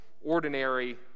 ordinary